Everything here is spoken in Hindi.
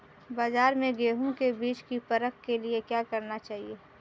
बाज़ार में गेहूँ के बीज की परख के लिए क्या करना चाहिए?